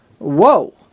whoa